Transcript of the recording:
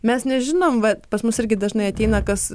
mes nežinom vat pas mus irgi dažnai ateina kas